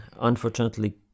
Unfortunately